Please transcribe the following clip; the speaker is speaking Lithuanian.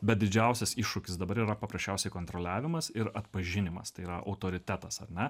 bet didžiausias iššūkis dabar yra paprasčiausiai kontroliavimas ir atpažinimas tai yra autoritetas ar ne